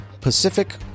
Pacific